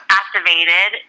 activated